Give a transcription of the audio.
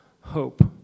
hope